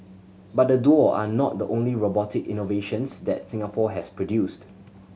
but the duo are not the only robotic innovations that Singapore has produced